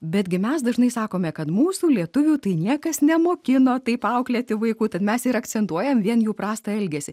betgi mes dažnai sakome kad mūsų lietuvių tai niekas nemokino taip auklėti vaikų tad mes ir akcentuojame vien jų prastą elgesį